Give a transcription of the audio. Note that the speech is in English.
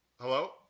hello